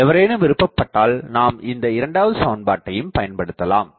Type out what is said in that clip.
எவரேனும் விருப்பப்பட்டால் நாம் இந்த இரண்டாவது சமன்பாட்டையும் பயன்படுத்தலாம்